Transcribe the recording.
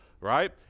right